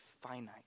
finite